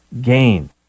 gain